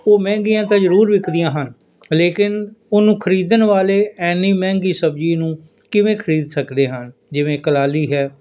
ਉਹ ਮਹਿੰਗੀਆਂ ਤਾਂ ਜ਼ਰੂਰ ਵਿਕਦੀਆਂ ਹਨ ਲੇਕਿਨ ਉਹਨੂੰ ਖਰੀਦਣ ਵਾਲੇ ਐਨੀ ਮਹਿੰਗੀ ਸਬਜ਼ੀ ਨੂੰ ਕਿਵੇਂ ਖਰੀਦ ਸਕਦੇ ਹਨ ਜਿਵੇਂ ਕਲਾਲੀ ਹੈ